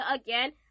again